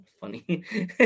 Funny